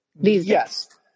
Yes